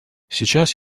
сейчас